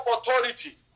authority